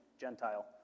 Gentile